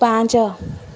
ପାଞ୍ଚ